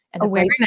awareness